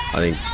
a